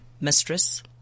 mistress